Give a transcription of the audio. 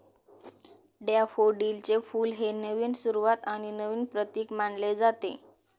डॅफोडिलचे फुल हे नवीन सुरुवात आणि नवीन प्रतीक मानले जाते